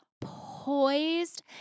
poised